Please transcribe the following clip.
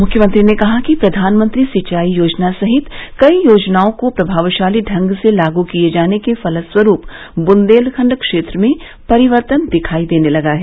मुख्यमंत्री ने कहा कि प्रधानमंत्री सिंचाई योजना सहित कई योजनाओं को प्रभावशाली ढ़ंग से लागू किए जाने के फलस्वरूप बुंदेलखंड क्षेत्र में परिवर्तन दिखाई देने लगा है